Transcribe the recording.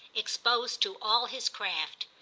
exposed to all his craft.